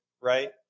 right